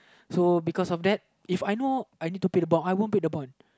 so because of that If I know I need to pay the bond I won't pay the bond